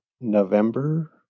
November